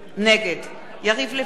נגד יריב לוין,